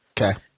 Okay